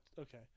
okay